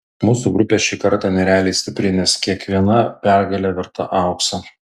mūsų grupė šį kartą nerealiai stipri nes kiekviena pergalė verta aukso